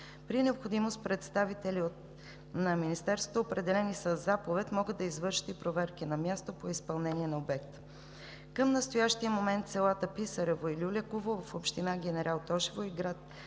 При необходимост представители на Министерството, определени със заповед, могат да извършват и проверки на място по изпълнение на обекта. Към настоящия момент селата Писарово и Люляково в община Генерал Тошево и град